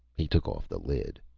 he took off the lid.